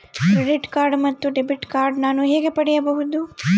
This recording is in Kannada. ಕ್ರೆಡಿಟ್ ಕಾರ್ಡ್ ಮತ್ತು ಡೆಬಿಟ್ ಕಾರ್ಡ್ ನಾನು ಹೇಗೆ ಪಡೆಯಬಹುದು?